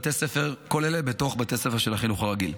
כל אלה בתוך בתי ספר של החינוך הרגיל,